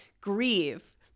grieve